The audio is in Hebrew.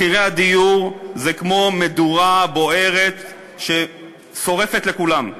מחירי הדיור זה כמו מדורה בוערת ששורפת לכולם.